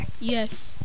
Yes